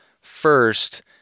first